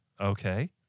Okay